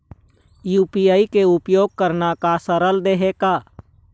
UPI के उपयोग करना का सरल देहें का?